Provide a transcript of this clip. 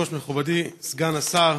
מכובדי סגן השר,